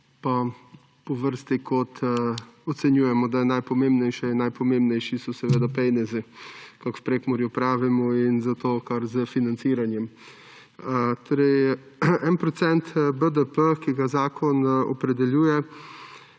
bom po vrsti, kot ocenjujemo, da je najpomembnejše in najpomembnejši so seveda penezi, kakor v Prekmurju pravimo, in zato kar s financiranjem. Torej en procent BDP-ja, ki ga zakon opredeljuje,